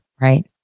right